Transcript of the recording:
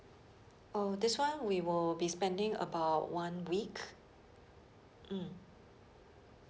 oh this one we will be spending about one week mm